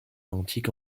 antique